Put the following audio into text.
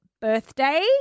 birthday